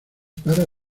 para